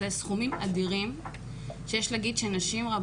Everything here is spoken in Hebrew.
זה סכומים אדירים שיש להגיד שיש נשים שלא